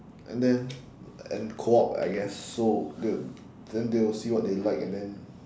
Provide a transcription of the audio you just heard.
and then and co-op I guess so the~ then they will see what they like and then